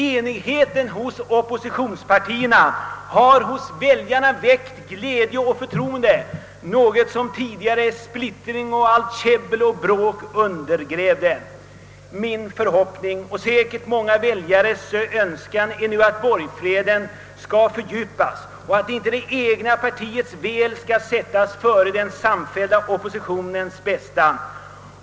Enigheten hos oppositionspartierna har hos väljaren väckt glädje och förtroende — något som tidigare splittring med allt käbbel och bråk undergrävde. Min förhoppning och säkert många väljares önskan är nu att borgfreden skall fördjupas och att inte det egna partiets väl skall sättas före den samfällda oppositionens bästa.